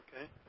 okay